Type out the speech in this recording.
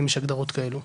אם יש הגדרות כאלו?